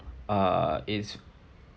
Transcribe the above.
uh it's